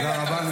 תודה רבה.